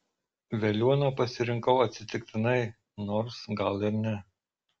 veliuoną pasirinkau atsitiktinai nors gal ir ne